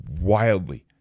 wildly